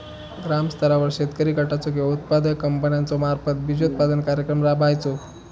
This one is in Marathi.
ग्रामस्तरावर शेतकरी गटाचो किंवा उत्पादक कंपन्याचो मार्फत बिजोत्पादन कार्यक्रम राबायचो?